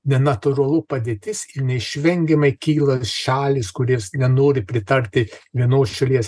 nenatūralu padėtis neišvengiamai kyla šalys kurios nenori pritarti vienos šalies